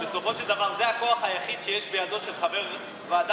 בסופו של דבר זה הכוח היחיד שיש בידו של חבר ועדת